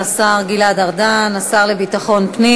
תודה לשר גלעד ארדן, השר לביטחון פנים.